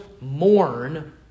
mourn